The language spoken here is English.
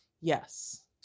Yes